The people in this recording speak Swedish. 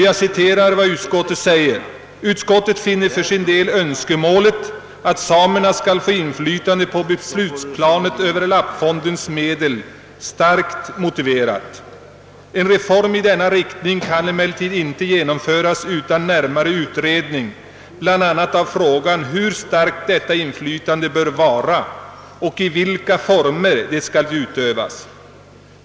Jag citerar vad utskottet säger: »Utskottet finner för sin del önskemålet att samerna skall få inflytande på beslutsplanet över lappfondens medel starkt motiverat. En reform i denna riktning kan emellertid inte genomföras utan närmare utredning bl.a. av frågan hur starkt detta inflytande bör vara och i vilka former det skall utövas.